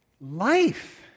life